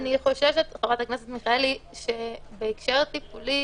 אני חוששת, חברת הכנסת מיכאלי, שבהקשר הטיפולי